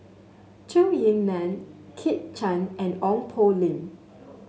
Zhou Ying Nan Kit Chan and Ong Poh Lim